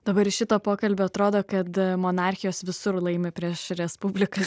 dabar šito pokalbio atrodo kad monarchijos visur laimi prieš respublikas